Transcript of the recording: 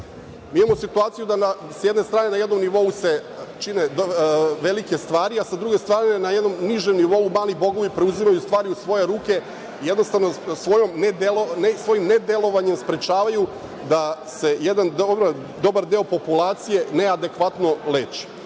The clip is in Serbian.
mi imamo situaciju da se s jedne strane na jednom nivou čine velike stvari, a sa druge strane stvaraju na jednom nižem nivou mali bogovi i preuzimaju stvari u svoje ruke i jednostavno svojim nedelovanjem sprečavaju da se jedan dobar deo populacije neadekvatno leči.Za